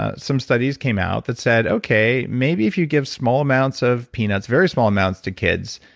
ah some studies came out that said, okay, maybe if you give small amounts of peanuts, very small amounts to kids,